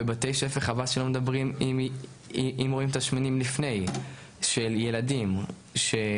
חבל שלא מדברים בבתי הספר כשרואים לפני תסמינים בקרב ילדים אובדנים,